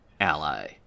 ally